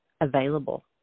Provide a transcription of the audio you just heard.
available